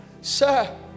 Sir